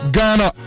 Ghana